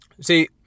See